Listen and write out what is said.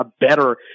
better